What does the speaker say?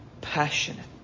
passionate